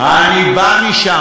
אני בא משם,